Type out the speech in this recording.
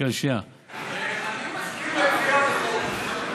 אני מסכים לדחיית החוק.